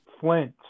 Flint